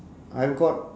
I've got